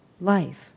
life